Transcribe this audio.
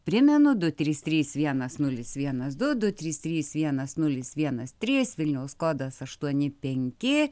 primenu du trys trys vienas nulis vienas du du trys trys vienas nulis vienas trys vilniaus kodas aštuoni penki